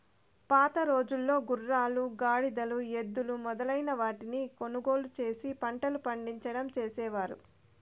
పాతరోజుల్లో గుర్రాలు, గాడిదలు, ఎద్దులు మొదలైన వాటిని కొనుగోలు చేసి పంటలు పండించడం చేసేవారు